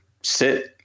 sit